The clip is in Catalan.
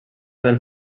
del